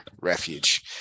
refuge